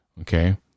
okay